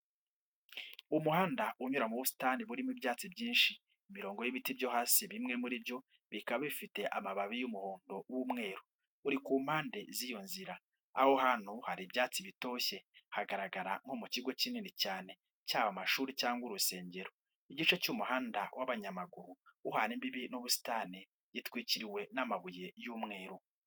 Umuhanda unyura mu busitani burimo ibyatsi byinshi. Imirongo y'ibiti byo hasi bimwe muri byo bikaba bifite amababi y'umuhondo w'umweru, uri ku mpande z'iyo nzira. Aho hantu hari ibyatsi bitoshye. Hagaragara nko mu kigo kinini cyane cyaba amashuri cyangwa urusengero. Igice cy'umuhanda w'abanyamaguru uhana imbibi n'ubusitani, gitwikiriwe n'amabuye y'umweru.